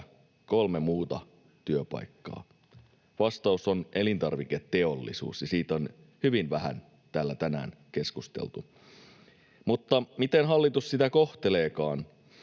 kolme muuta työpaikkaa? Vastaus on elintarviketeollisuus, ja siitä on hyvin vähän täällä tänään keskusteltu. Mutta miten hallitus sitä kohteleekaan: